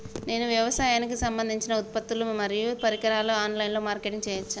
నేను వ్యవసాయానికి సంబంధించిన ఉత్పత్తులు మరియు పరికరాలు ఆన్ లైన్ మార్కెటింగ్ చేయచ్చా?